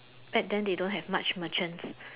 back then they don't have much merchants